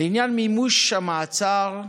לעניין מימוש המעצר,